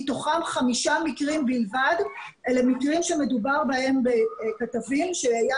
מתוכם חמישה מקרים בלבד אלה מקרים שמדובר בהם בכתבים שהיה